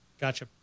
Gotcha